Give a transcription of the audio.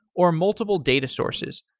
or multiple data sources.